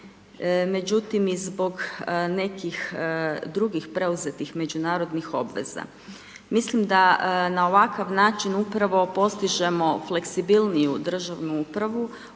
međutim i zbog nekih drugih preuzetih međunarodnih obveza. Mislim da na ovakav način upravo postižemo fleksibilniju državnu upravu